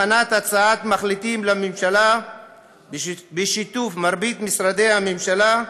הכנת הצעת מחליטים לממשלה בשיתוף מרבית משרדי הממשלה,